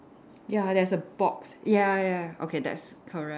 ya there's a box ya ya okay that's correct